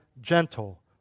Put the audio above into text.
gentle